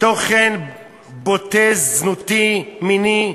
תוכן בוטה, זנותי, מיני,